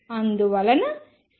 అందువలన C0